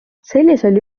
sellisel